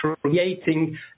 creating